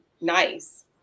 nice